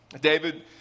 David